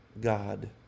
God